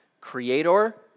creator